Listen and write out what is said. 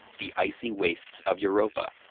the icy wastes of europa,